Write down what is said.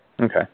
Okay